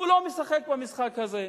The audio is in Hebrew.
הוא לא משחק במשחק הזה.